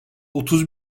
otuz